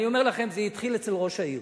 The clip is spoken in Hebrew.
אני אומר לכם: זה התחיל אצל ראש העיר.